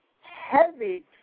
heavy